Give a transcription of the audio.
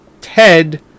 Ted